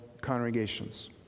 congregations